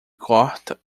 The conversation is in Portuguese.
corta